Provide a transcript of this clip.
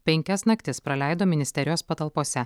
penkias naktis praleido ministerijos patalpose